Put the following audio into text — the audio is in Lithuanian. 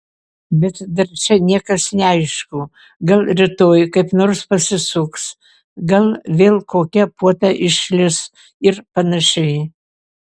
bet dar čia niekas neaišku gal rytoj kaip nors pasisuks gal vėl kokia puota išlįs ir panašiai